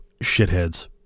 shitheads